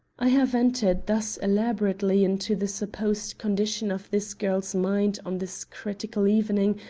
i have entered thus elaborately into the supposed condition of this girl's mind on this critical evening,